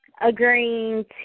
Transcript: agreeing